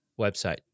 website